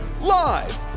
Live